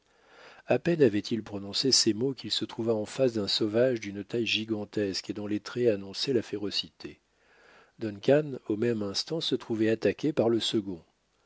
à peine avait-il prononcé ces mots qu'il se trouva en face d'un sauvage d'une taille gigantesque et dont les traits annonçaient la férocité duncan au même instant se trouvait attaqué par le second